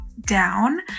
down